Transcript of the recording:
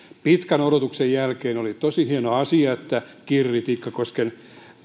pitkän odotuksen jälkeen oli tosi hieno asia että kirri tikkakosken